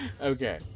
okay